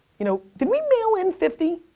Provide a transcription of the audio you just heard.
you know, did we mail in fifty?